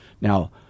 Now